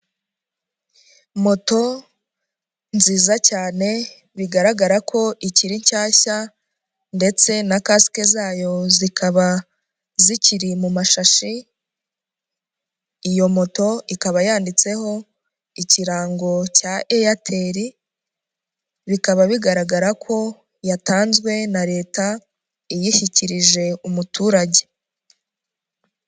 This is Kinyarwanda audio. Moto nziza cyane bigaragara ko ikiri nshyashya ndetse na kasike zayo zikaba zikiri mu mashashi, iyo moto ikaba yanditseho ikirango cya Eyateri, bikaba bigaragara ko yatanzwe na Leta, iyishyikirije umuturage.